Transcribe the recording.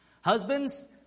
Husbands